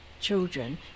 children